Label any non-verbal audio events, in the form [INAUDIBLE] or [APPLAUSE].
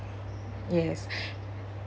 yes [BREATH]